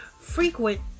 frequent